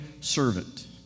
servant